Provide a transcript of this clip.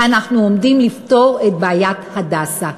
אנחנו עומדים לפתור את בעיית "הדסה".